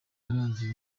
yaranze